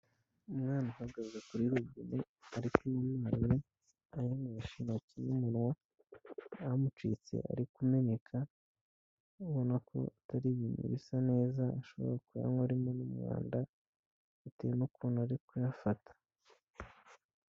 Umwana uhagaze kuri robine, ari kunywa amazi ayanywesha intoki n'umunwa, amucitse ari kumeneka, ubona ko atari ibintu bisa neza, ashobora kuba arimo n'umwanda bitewe n'ukuntu ari kuyafata.